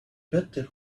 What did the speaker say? better